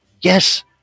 Yes